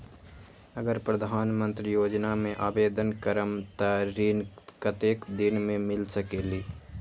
अगर प्रधानमंत्री योजना में आवेदन करम त ऋण कतेक दिन मे मिल सकेली?